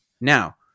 Now